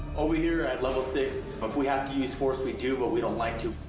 over here at level six but if we have to use force we do, but we don't like to.